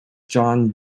john